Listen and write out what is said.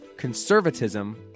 Conservatism